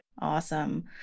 Awesome